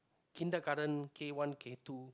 kindergarten K one K two